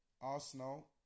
Arsenal